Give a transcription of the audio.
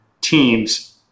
teams